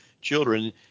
children